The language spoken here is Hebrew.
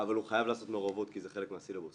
אבל הוא חייב לעשות מעורבות כי זה חלק מהסילבוס.